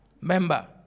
member